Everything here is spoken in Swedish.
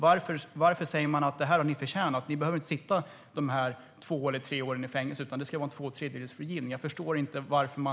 Varför säger man att de har förtjänat detta och inte behöver sitta två eller tre år i fängelse utan får tvåtredjedelsfrigivning? Jag förstår inte varför.